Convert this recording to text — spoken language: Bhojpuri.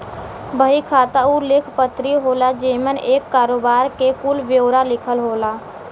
बही खाता उ लेख पत्री होला जेमन एक करोबार के कुल ब्योरा लिखल होला